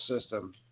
system